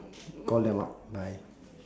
call them up bye